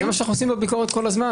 זה מה שאנחנו עושים בביקורת כל הזמן.